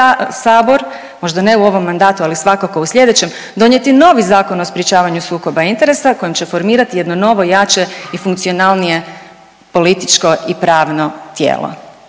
možda ne u ovom mandatu, ali svakako u slijedećem donijeti novi Zakon o sprječavanju sukoba interesa kojim će formirati jedno novo i jače i funkcionalnije političko i pravno tijelo.